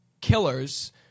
killers